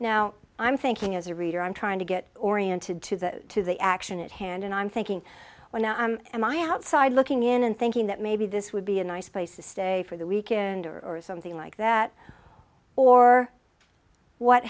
now i'm thinking as a reader i'm trying to get oriented to the to the action at hand and i'm thinking when am i outside looking in and thinking that maybe this would be a nice place to stay for the weekend or something like that or what